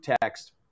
text